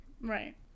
Right